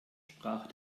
sprach